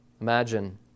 Imagine